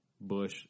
Bush